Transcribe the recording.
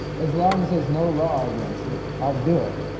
as long as there's no law against it, i'll do it.